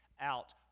out